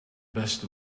best